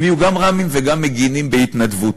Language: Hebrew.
הם יהיו גם ר"מים וגם מגינים בהתנדבות